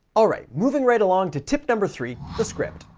all right, moving right along to tip number three, the script.